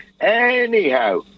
Anyhow